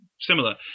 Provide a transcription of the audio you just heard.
similar